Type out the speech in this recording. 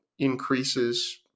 increases